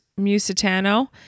Musitano